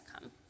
come